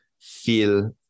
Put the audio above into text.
feel